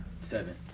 Seven